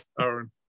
Aaron